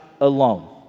alone